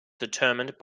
determined